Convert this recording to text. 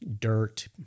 dirt